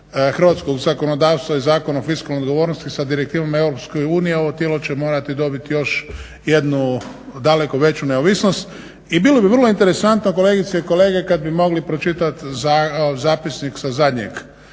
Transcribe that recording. hrvatskog zakonodavstva i Zakona o fiskalnoj odgovornosti sa direktivama EU ovo tijelo će morati dobiti još jednu daleko veću neovisnost. I bilo bi vrlo interesantno kolegice i kolege kad bi mogli pročitati zapisnik sa zadnjeg